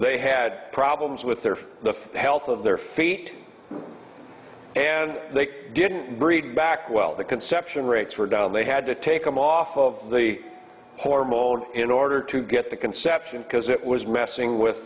they had problems with their the health of their feet and they didn't breed back well the conception rates were down they had to take them off of the hormone in order to get the conception because it was messing with